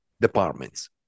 departments